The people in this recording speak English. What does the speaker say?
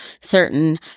certain